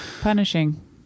punishing